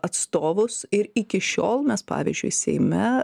atstovus ir iki šiol mes pavyzdžiui seime